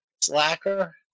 slacker